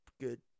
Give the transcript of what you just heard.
good